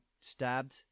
stabbed